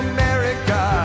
America